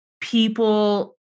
people